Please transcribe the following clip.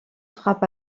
frappe